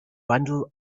bundle